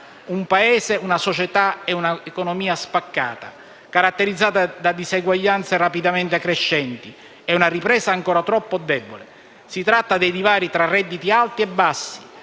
un Paese, una società e un'economia spaccata, caratterizzati da diseguaglianze rapidamente crescenti e da una ripresa ancora troppo debole. Si tratta dei divari tra redditi alti e bassi,